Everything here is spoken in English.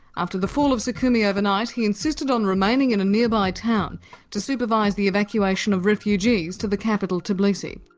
after the fall of sukhumi overnight, he insisted on remaining in a nearby town to supervise the evacuation of refugees to the capital, tbilisi.